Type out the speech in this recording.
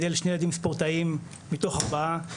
מגדל שני ילדים ספורטאים מתוך ארבעה,